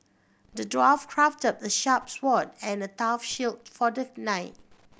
the dwarf crafted a sharp sword and a tough shield for the knight